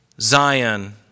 Zion